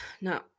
No